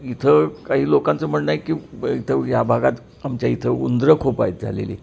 इथं काही लोकांचं म्हणणं आहे की इथं या भागात आमच्या इथं उंदरं खूप आहेत झालेली